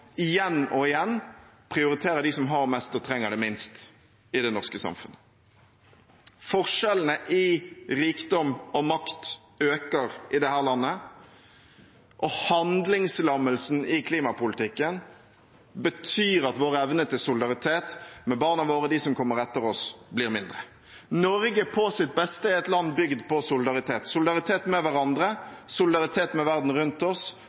igjen og igjen prioriterer dem som har mest og trenger det minst, i det norske samfunnet. Forskjellene når det gjelder rikdom og makt, øker i dette landet, og handlingslammelsen i klimapolitikken betyr at vår evne til solidaritet med barna våre, med dem som kommer etter oss, blir mindre. Norge på sitt beste er et land bygd på solidaritet – solidaritet med hverandre, solidaritet med verden rundt oss,